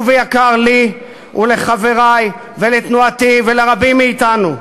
ויקר לי ולחברי ולתנועתי ולרבים מאתנו,